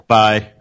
bye